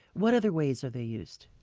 what other ways are they used?